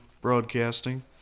broadcasting